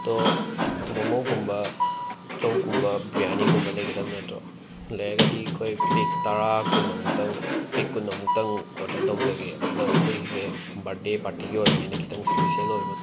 ꯑꯗꯣ ꯃꯣꯃꯣꯒꯨꯝꯕ ꯆꯧꯒꯨꯝꯕ ꯕ꯭ꯔꯤꯌꯥꯅꯤꯒꯨꯝꯕ ꯂꯩꯒꯗꯕ ꯅꯠꯇ꯭ꯔꯣ ꯂꯩꯔꯒꯗꯤ ꯑꯩꯈꯣꯏ ꯄꯦꯛ ꯇꯔꯥ ꯀꯨꯟ ꯑꯃꯨꯛꯇꯪ ꯄꯦꯛ ꯀꯨꯟ ꯑꯃꯨꯛꯇꯪ ꯑꯣꯗꯔ ꯇꯧꯖꯒꯦ ꯑꯗꯣ ꯑꯩꯈꯣꯏꯒꯤꯁꯦ ꯕꯥꯔꯗꯦ ꯄꯥꯔꯇꯤꯒꯤ ꯑꯣꯏꯕꯅꯤꯅ ꯈꯤꯇꯪ ꯁ꯭ꯄꯤꯁꯦꯜ ꯑꯣꯏꯕ